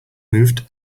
moved